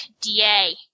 DA